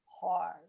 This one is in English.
hard